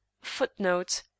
Footnote